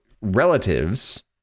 relatives